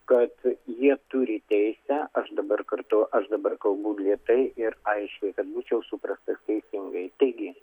kad jie turi teisę aš dabar karto aš dabar kalbu lėtai ir aiškiai kad būčiau suprastas teisingai taigi